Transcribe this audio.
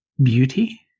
Beauty